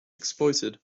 exploited